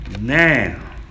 Now